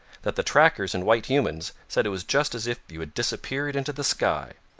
that the trackers and white humans said it was just as if you had disappeared into the sky!